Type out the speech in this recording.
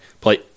play